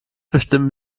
bestimmen